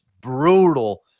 brutal